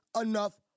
enough